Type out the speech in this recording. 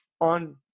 On